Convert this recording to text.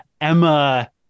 Emma